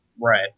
Right